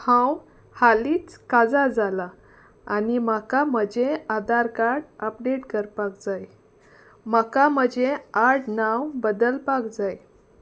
हांव हालींच काजार जालां आनी म्हाका म्हजें आदार कार्ड अपडेट करपाक जाय म्हाका म्हजें आड नांव बदलपाक जाय